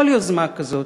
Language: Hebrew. כל יוזמה כזאת,